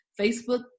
Facebook